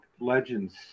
legends